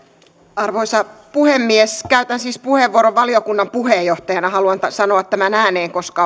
arvoisa puhemies käytän siis puheenvuoron valiokunnan puheenjohtajana haluan sanoa tämän ääneen koska